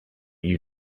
you